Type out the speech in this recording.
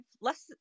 less